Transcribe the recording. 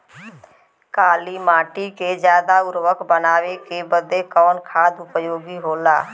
काली माटी के ज्यादा उर्वरक बनावे के बदे कवन खाद उपयोगी होला?